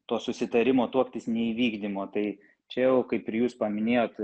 to susitarimo tuoktis neįvykdymo tai čia jau kaip ir jūs paminėjot